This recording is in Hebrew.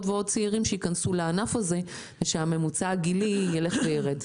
ועוד צעירים ייכנסו לענף הזה ושממוצע הגילים ירד,